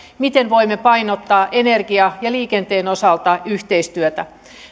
miten voimme painottaa energian ja liikenteen osalta yhteistyötä